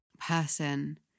person